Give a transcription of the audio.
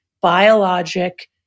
biologic